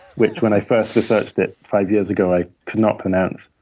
which when i first researched it five years ago, i could not pronounce.